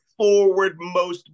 forwardmost